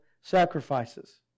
sacrifices